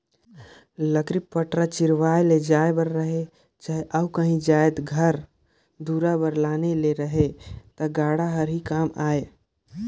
लकरी पटरा चिरवाए ले जाए बर रहें चहे अउ काही जाएत घर दुरा बर लाने ले रहे ता गाड़ा हर ही काम आए